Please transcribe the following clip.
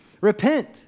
Repent